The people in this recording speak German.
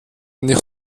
nicht